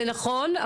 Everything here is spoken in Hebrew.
זה נכון,